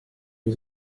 või